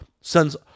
sends